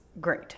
great